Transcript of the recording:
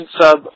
sub